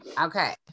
Okay